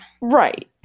Right